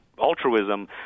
altruism